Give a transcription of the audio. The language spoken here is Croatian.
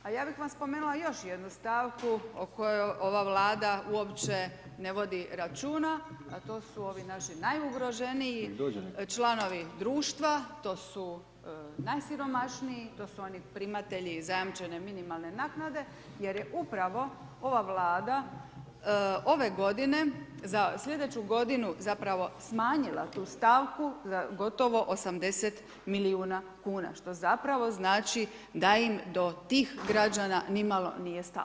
A ja bih vam spomenula još jednu stavku o kojoj ova Vlada uopće ne vodi računa, a to su ovi naši najugroženiji članovi društva to su najsiromašniji to su oni primatelji zajamčene minimalne naknade jer je upravo ova Vlada ove godine za slijedeću godinu zapravo smanjila tu stavku za gotovo 80 milijuna kuna, što zapravo znači da im do tih građana nimalo nije stalo.